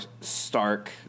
stark